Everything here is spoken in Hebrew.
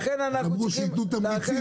אמרו שייתנו תמריצים,